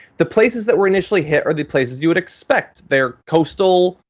the places that were initially hit are the places you would expect. they're coastal,